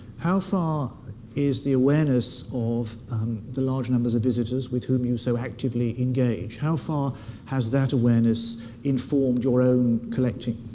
how far is the awareness of the large numbers of visitors with whom you so actively engage? how far has that awareness informed your own collecting?